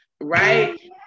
Right